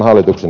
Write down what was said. puhemies